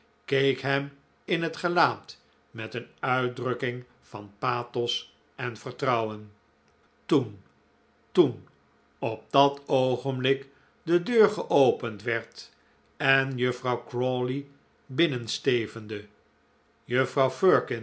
keek hem in het gelaat met een uitdrukking van pathos en vertrouwen toen toen op dat oogenblik de deur geopend werd en juffrouw crawley binnen stevende juffrouw